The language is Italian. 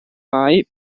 mai